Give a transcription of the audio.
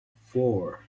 four